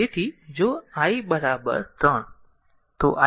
તેથી જો i 3